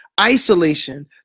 isolation